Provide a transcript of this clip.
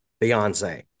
Beyonce